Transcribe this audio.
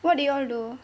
what did you all do